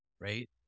right